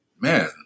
man